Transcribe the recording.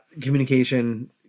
communication